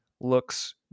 looks